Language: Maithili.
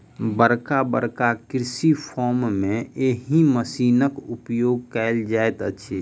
बड़का बड़का कृषि फार्म मे एहि मशीनक उपयोग कयल जाइत अछि